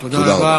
תודה רבה.